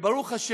וברוך השם,